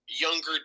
younger